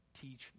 teach